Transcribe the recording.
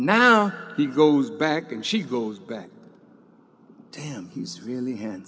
now he goes back and she goes back to him he's really ha